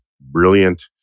brilliant